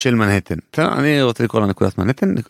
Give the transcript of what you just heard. של מנהטן, בסדר? אני רוצה לקרוא לה נקודת מנהטן